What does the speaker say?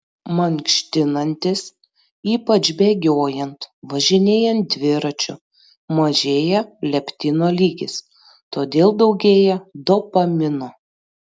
mankštinantis ypač bėgiojant važinėjant dviračiu mažėja leptino lygis todėl daugėja dopamino